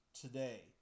today